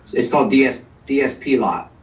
it's called dsp dsp lot.